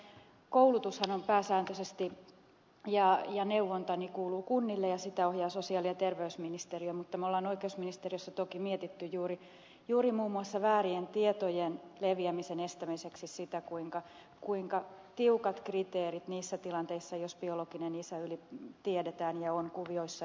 olemme ajatelleet että tämä koulutus ja neuvonta pääsääntöisesti kuuluu kunnille ja sitä ohjaa sosiaali ja terveysministeriö mutta me olemme oikeusministeriössä toki miettineet juuri muun muassa väärien tietojen leviämisen estämiseksi sitä kuinka tiukat kriteerit on oltava niissä tilanteissa jos biologinen isä tiedetään ja on kuvioissa ylipäätään